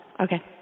Okay